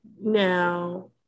now